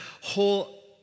whole